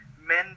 men